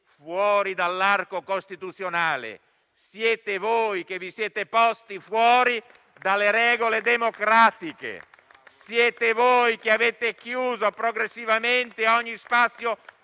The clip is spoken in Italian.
fuori dall'arco costituzionale; siete voi che vi siete posti fuori dalle regole democratiche. Siete voi che avete chiuso progressivamente ogni spazio